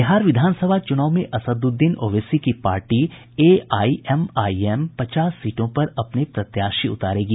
बिहार विधानसभा चुनाव में असदुद्दीन ओवैसी की पार्टी A I M I M पचास सीटों पर अपने प्रत्याशी उतारेगी